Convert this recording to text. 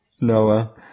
Noah